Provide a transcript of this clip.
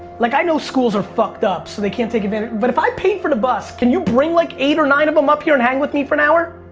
like i know schools are fucked up so they can't take advantage. but if i paid for the bus, can you bring like eight or nine of them up here and hang with me for an hour?